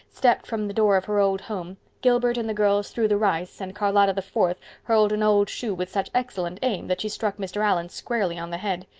stepped from the door of her old home gilbert and the girls threw the rice and charlotta the fourth hurled an old shoe with such excellent aim that she struck mr. allan squarely on the head.